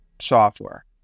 software